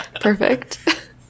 Perfect